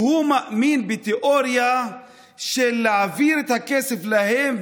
והוא מאמין בתיאוריה של להעביר את הכסף אליהם,